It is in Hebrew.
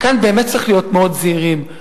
כאן באמת צריך להיות מאוד זהירים.